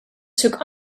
took